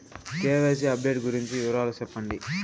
KYC update గురించి వివరాలు సెప్పండి?